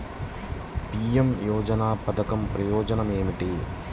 PM యోజన పధకం ప్రయోజనం ఏమితి?